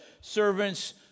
servants